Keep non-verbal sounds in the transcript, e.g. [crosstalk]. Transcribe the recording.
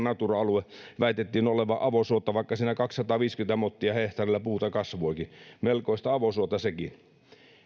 [unintelligible] natura alueen väitettiin olevan avosuota vaikka siinä kaksisataaviisikymmentä mottia hehtaarilla puuta kasvoikin melkoista avosuota sekin tämä